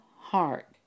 heart